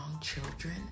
children